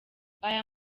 aya